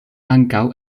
ankaŭ